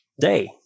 day